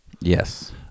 yes